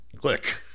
click